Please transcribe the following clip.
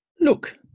Look